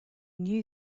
knew